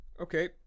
Okay